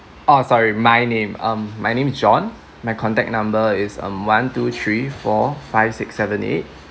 oh sorry my name um my name is john my contact number is um one two three four five six seven eight